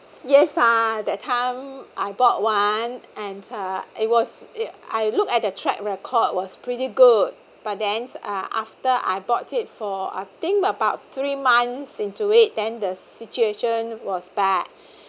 yes ah that time I bought one and uh it was it I looked at the track record was pretty good but then uh after I bought it for I think about three months into it then the situation was bad